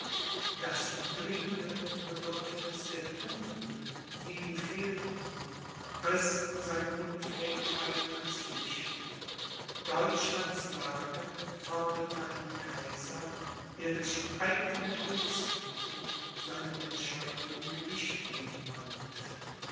das dringende bedürfniß der tugenden die ihm fehlten riß seine unfähigkeit ans licht deutschlands lage forderte einen kaiser der durch eigne hilfsmittel seinen entscheidungen gewicht geben konnte